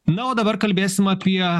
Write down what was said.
na o dabar kalbėsim apie